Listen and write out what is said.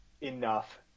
enough